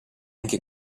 anche